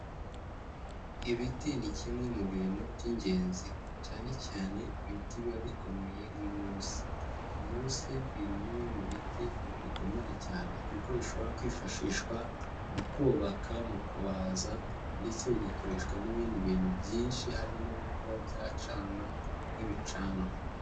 Ibiti ni kimwe mu bintu by'ingenzi, cyane cyane ibiti biba bikomeye nk'inkurusi. Inturusi ni bimwe mu biti bikomera cyane kuko bishobora kwifashishwa mu kubaka, mu kubaza, ndetse bigakoreshwa n'ibindi bintu byinshi harimo nko kuba byacanwa, nk'ibicanwa.